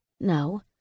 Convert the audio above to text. No